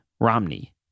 Romney